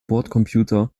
bordcomputer